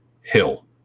Hill